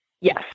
Yes